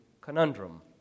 conundrum